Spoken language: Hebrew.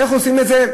איך עושים את זה?